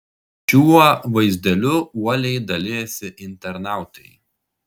šiuo vaizdeliu uoliai dalijasi internautai